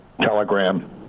telegram